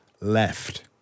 left